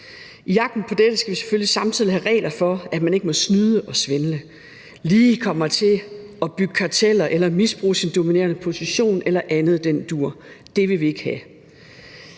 I jagten på dette skal vi selvfølgelig samtidig have regler for, at man ikke må snyde og svindle – at man ikke lige kommer til at danne karteller eller misbruge sin dominerende position eller andet i den dur. Det vil vi ikke have.